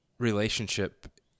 relationship